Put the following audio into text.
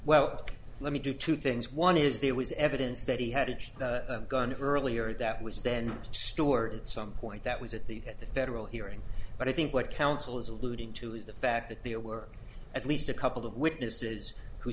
well let me do two things one is there was evidence that he had a gun earlier that was then stored in some point that was at the at the federal hearing but i think what counsel is alluding to is the fact that there were at least a couple of witnesses who